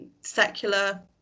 secular